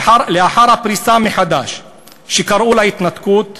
לאחר הפריסה מחדש שקראו לה "התנתקות",